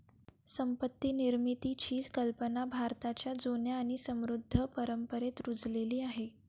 संपत्ती निर्मितीची कल्पना भारताच्या जुन्या आणि समृद्ध परंपरेत रुजलेली आहे